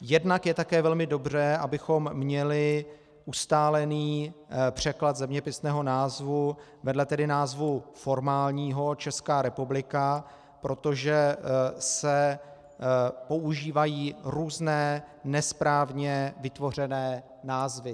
Jednak je také velmi dobře, abychom měli ustálený překlad zeměpisného názvu vedle názvu formálního Česká republika, protože se používají různé nesprávně vytvořené názvy.